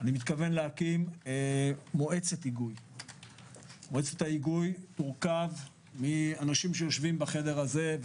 אני מתכוון להקים מועצת היגוי שתורכב מאנשים שיושבים בחדר הזה,